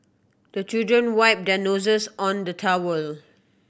the children wipe their noses on the towel